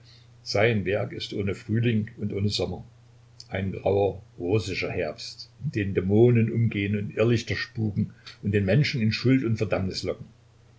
sein werk ist ohne frühling und ohne sommer ein grauer russischer herbst in dem dämonen umgehen und irrlichter spuken und den menschen in schuld und